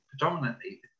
predominantly